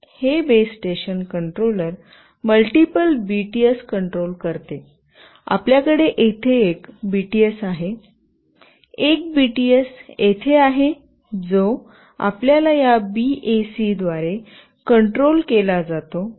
हे base station controller multiple BTS control करते आपल्याकडे येथे एक बीटीएस आहे एक बीटीएस येथे आहे जो आपल्याला या बीएससीद्वारे कंट्रोल केला जातो